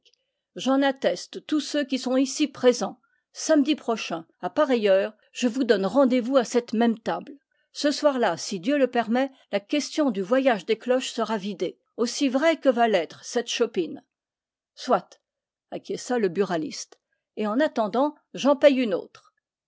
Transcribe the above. j'en atteste tous ceux qui sont ici présents samedi prochain à pareille heure je vous donne rendez-vous à cette même table ce soir-là si dieu le permet la question du voyage des cloches sera vidée aussi vrai que va l'être cette chopine soit acquiesça le buraliste et en attendant j'en paye une autre